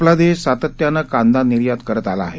आपला देश सातत्यानं कांदा निर्यात करत आला आहे